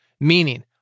meaning